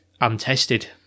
untested